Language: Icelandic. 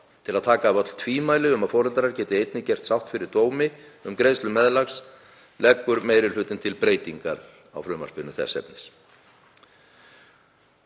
Til að taka af öll tvímæli um að foreldrar geti einnig gert sátt fyrir dómi um greiðslu meðlags leggur meiri hlutinn til breytingar þess efnis.